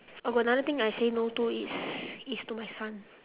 oh got another thing I say no to is is to my son